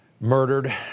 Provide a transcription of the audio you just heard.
murdered